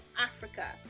Africa